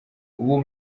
uwo